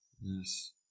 Yes